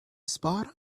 spot